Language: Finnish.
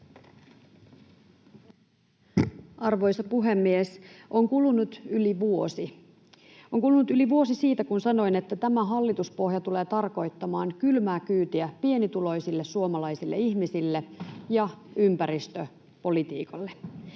yli vuosi. On kulunut yli vuosi siitä, kun sanoin, että tämä hallituspohja tulee tarkoittamaan kylmää kyytiä pienituloisille suomalaisille ihmisille ja ympäristöpolitiikalle,